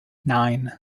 nine